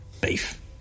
beef